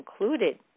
included